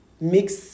mix